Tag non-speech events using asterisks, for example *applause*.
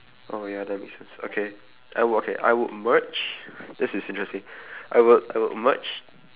oh ya that makes sense okay I would okay I would merge *breath* this is interesting *breath* I would I would merge